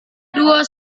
dua